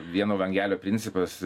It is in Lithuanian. vieno langelio principas